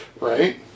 Right